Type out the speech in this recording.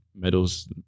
medals